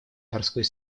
морской